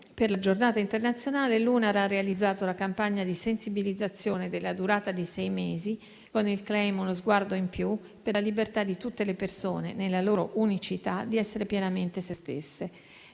Per la Giornata internazionale, l'UNAR ha realizzato la campagna di sensibilizzazione, della durata di sei mesi, con il *claim*: "#unosguardoin+", per la libertà di tutte le persone, nella loro unicità, di essere pienamente se stesse.